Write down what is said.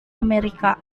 amerika